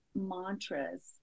mantras